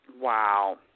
Wow